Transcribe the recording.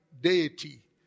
deity